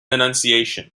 annunciation